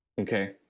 okay